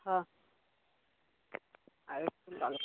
হাঁ